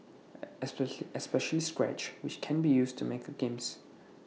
especially scratch which can be used to make games